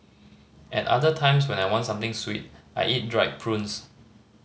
at other times when I want something sweet I eat dried prunes